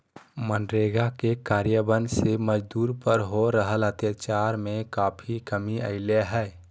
मनरेगा के कार्यान्वन से मजदूर पर हो रहल अत्याचार में काफी कमी अईले हें